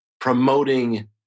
promoting